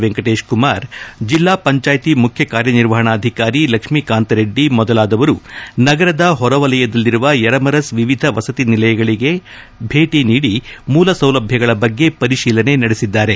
ವೆಂಕಟೇಶ್ ಕುಮಾರ್ ಜಿಲ್ಲಾ ಪಂಚಾಯಿತಿ ಮುಖ್ಯ ಕಾರ್ಯನಿರ್ವಣಾಧಿಕಾರಿ ಲಕ್ಷ್ಮೀಕಾಂತ ರೆಡ್ಡಿ ಮೊದಲಾದವರು ನಗರದ ಹೊರ ವಲಯದಲ್ಲಿರುವ ಯರಮರಸ್ ವಿವಿಧ ವಸತಿ ನಿಲಯಗಳಿಗೆ ಭೇಟಿ ನೀಡಿ ಮೂಲ ಸೌಲಭ್ಯಗಳ ಬಗ್ಗೆ ಪರಿಶೀಲನೆ ನಡೆಸಿದ್ದಾರೆ